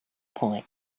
point